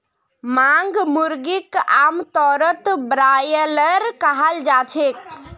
मांस मुर्गीक आमतौरत ब्रॉयलर कहाल जाछेक